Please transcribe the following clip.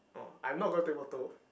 oh I'm not gonna take photo